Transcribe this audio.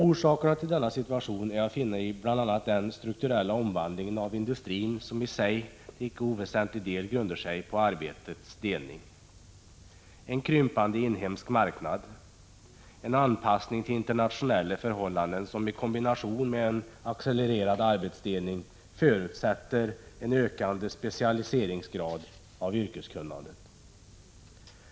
Orsakerna till denna situation är att finna i bl.a. den strukturella omvandlingen av industrin, som i sig till icke oväsentlig del grundar sig på arbetets delning och en krympande inhemsk marknad, anpassad till internationella förhållanden som — i kombination med en accelererad arbetsdelning —- förutsätter en ökande specialiseringsgrad vad gäller yrkeskunnandet.